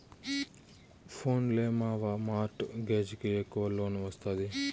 పోన్లే మావా, mortgage కి ఎక్కవ లోన్ ఒస్తాది